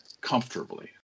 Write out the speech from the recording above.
comfortably